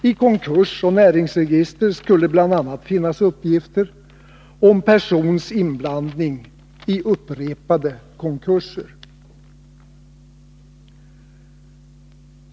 I konkursoch näringsregister skulle bl.a. finnas uppgifter om en persons inblandning i upprepade konkurser.